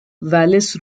vallis